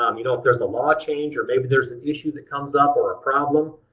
um you know if there's a law change or maybe there's an issue that comes up or a problem,